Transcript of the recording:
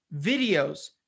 Videos